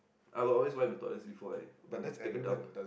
I will always wipe the toilet seat before I I take a dump